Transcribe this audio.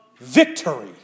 victory